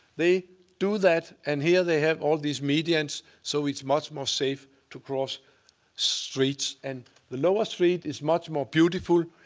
they do that, and here they have all these medians, and so it's much more safe to cross streets. and the lower street is much more beautiful.